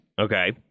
Okay